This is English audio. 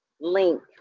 link